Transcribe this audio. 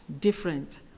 different